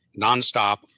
nonstop